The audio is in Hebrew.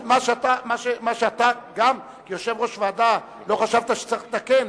מה שאתה גם כיושב-ראש ועדה לא חשבת שצריך לתקן,